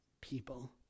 people